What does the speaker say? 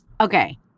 Okay